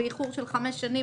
באיחור של חמש שנים,